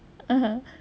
(uh huh)